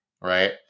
right